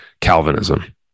Calvinism